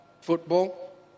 football